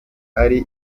ari